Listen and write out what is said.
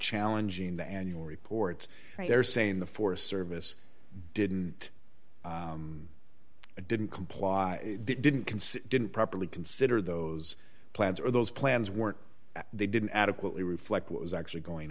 challenging the annual reports they're saying the forest service didn't it didn't comply didn't consider didn't properly consider those plans or those plans were they didn't adequately reflect what was actually going